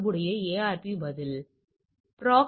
எனவே 16 எனவே இது 164 164 ÷ மன்னிக்கவும் 167 ÷ 4